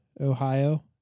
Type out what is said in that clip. Ohio